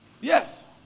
yes